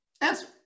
Answer